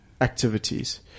activities